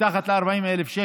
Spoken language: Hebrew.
מתחת ל-40,000.